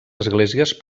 esglésies